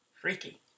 freaky